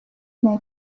may